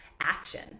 action